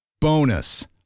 Bonus